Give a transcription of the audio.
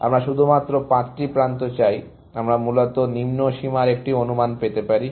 আমরা শুধুমাত্র 5টি প্রান্ত চাই আমরা মূলত নিম্ন সীমার একটি অনুমান পেতে পারি